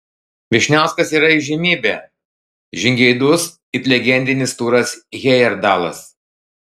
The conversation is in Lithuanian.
vyšniauskas yra įžymybė žingeidus it legendinis turas hejerdalas